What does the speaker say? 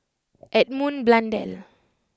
Edmund Blundell